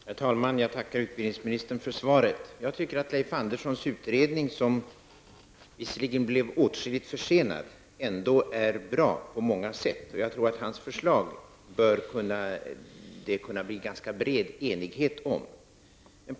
Herr talman! Jag tackar utbildningsministern för svaret. Jag tycker att Leif Anderssons utredning, som visserligen blev åtskilligt försenad, på många sätt ändå är bra. Jag tror att det bör kunna bli en ganska bred enighet om hans förslag.